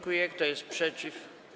Kto jest przeciw?